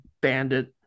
bandit